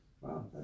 Wow